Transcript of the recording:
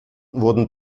wurden